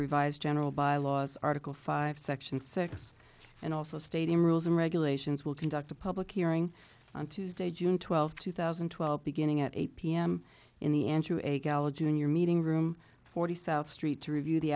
revised general bylaws article five section six and also stadium rules and regulations will conduct a public hearing on tuesday june twelfth two thousand and twelve beginning at eight p m in the end junior meeting room forty south street to review the